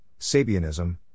Sabianism